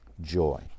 Joy